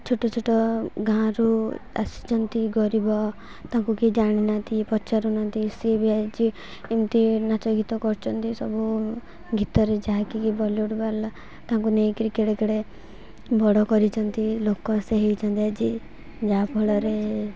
ଛୋଟ ଛୋଟ ଗାଁରୁ ଆସିଛନ୍ତି ଗରିବ ତାଙ୍କୁ କି ଜାଣିନାହାନ୍ତି ପଚାରୁନାହାନ୍ତି ସେ ବି ଆଜି ଏମିତି ନାଚ ଗୀତ କରୁଛନ୍ତି ସବୁ ଗୀତରେ ଯାହାକି ବଲିଉଡ଼୍ବାଲା ତାଙ୍କୁ ନେଇକରି କେଡ଼େ କେଡ଼େ ବଡ଼ କରିଛନ୍ତି ଲୋକ ସେ ହୋଇଛନ୍ତି ଆଜି ଯାହା ଫଳରେ